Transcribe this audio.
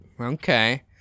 Okay